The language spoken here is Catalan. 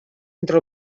entre